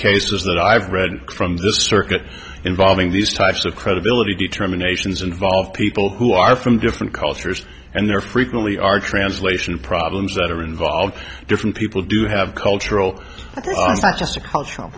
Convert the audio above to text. cases that i've read from the circuit involving these types of credibility determinations involve people who are from different cultures and there frequently are translation problems that are involved different people do have cultural